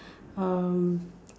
um